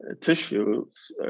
tissues